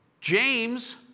James